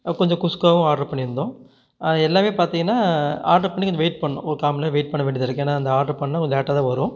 கொஞ்சம் குஸ்காவும் ஆர்ட்ரு பண்ணி இருந்தோம் அது எல்லாமே பார்த்தீங்கனா ஆர்ட்ரு பண்ணி கொஞ்சம் வெயிட் பண்ணோம் ஒரு காமண்நேரம் வெயிட் பண்ண வேண்டியதாக இருக்கு ஏன்னா அந்த ஆர்ட்ரு பண்ணா கொஞ்சம் லேட்டாக தான் வரும்